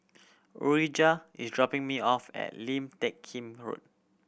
Urijah is dropping me off at Lim Teck Kim Road